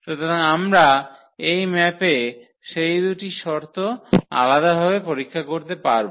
সুতরাং আমরা এই ম্যাপে সেই দুটি শর্ত আলাদাভাবে পরীক্ষা করতে পারব